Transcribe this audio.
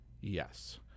Yes